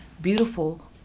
beautiful